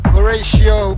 Horatio